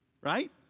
Right